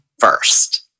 first